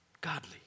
godly